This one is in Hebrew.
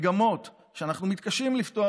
מגמות שאנחנו מתקשים לפתוח.